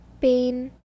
pain